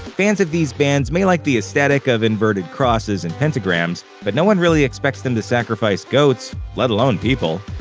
fans of these bands may like the aesthetic of inverted crosses and pentagrams, but no one really expects them to sacrifice goats let alone people.